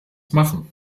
machen